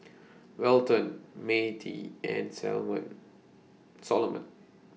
Welton Matie and Solomon